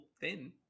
thin